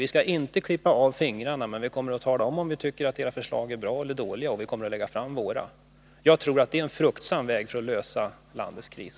Vi skall inte klippa av fingrarna, men vi kommer att tala om, om vi anser att era förslag är bra eller dåliga, och vi kommer att lägga fram våra förslag. Jag tror att det är en fruktsam väg för att lösa landets kris.